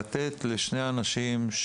ולתת לשני אנשים,